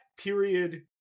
period